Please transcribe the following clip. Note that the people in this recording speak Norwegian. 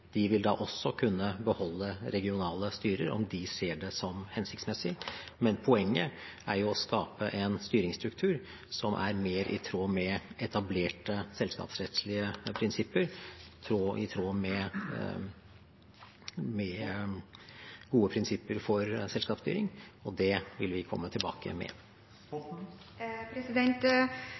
De vil da også kunne beholde regionale styrer om de ser det som hensiktsmessig. Men poenget er å skape en styringsstruktur som er mer i tråd med etablerte selskapsrettslige prinsipper, i tråd med gode prinsipper for selskapsstyring, og det vil vi komme tilbake igjen med.